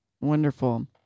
Wonderful